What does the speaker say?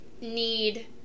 need